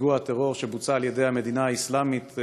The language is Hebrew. פיגוע טרור שבוצע על-ידי ארגון המדינה האסלאמית,